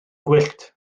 gwyllt